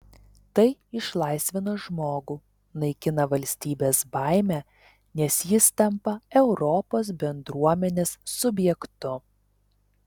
tai išlaisvina žmogų naikina valstybės baimę nes jis tampa europos bendruomenės subjektu